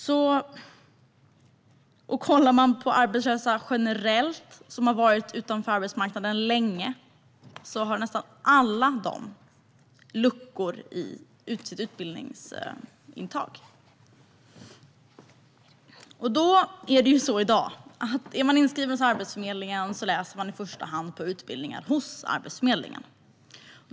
Om man tittar generellt på arbetslösa som har varit utanför arbetsmarknaden länge ser man att nästan alla dessa har luckor i sitt utbildningsintag. I dag är det så att om man är inskriven hos Arbetsförmedlingen går man i första hand på utbildningar hos Arbetsförmedlingen.